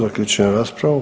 Zaključujem raspravu.